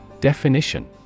Definition